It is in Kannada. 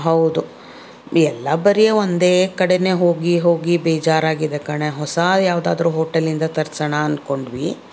ಹೌದು ಎಲ್ಲ ಬರಿ ಒಂದೇ ಕಡೆನೆ ಹೋಗಿ ಹೋಗಿ ಬೇಜಾರಾಗಿದೆ ಕಣೆ ಹೊಸ ಯಾವುದಾದ್ರೂ ಹೋಟೆಲ್ಲಿಂದ ತರ್ಸೋಣ ಅಂದ್ಕೊಂಡ್ವಿ